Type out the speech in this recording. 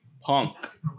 Punk